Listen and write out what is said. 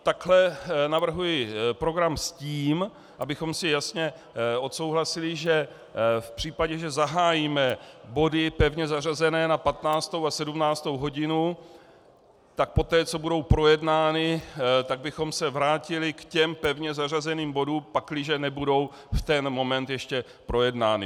Takhle navrhuji program s tím, abychom si jasně odsouhlasili, že v případě, že zahájíme body pevně zařazené na 15. a 17. hodinu, tak poté, co budou projednány, tak bychom se vrátili k těm pevně zařazeným bodům, pakliže nebudou v ten moment ještě projednány.